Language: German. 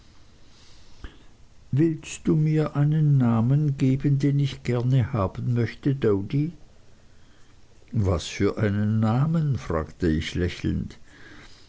willst du mir einen namen geben den ich gerne haben möchte doady was für einen namen fragte ich lächelnd